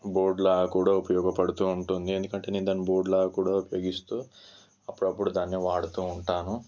బోర్డులా కూడా ఉపయోగపడుతూ ఉంటుంది ఎందుకంటే నేను దాన్ని బోర్డులా కూడా ఉపయోగిస్తూ అప్పుడప్పుడు దాన్ని వాడుతూ ఉంటాను